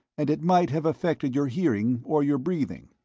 and it might have affected your hearing or your breathing.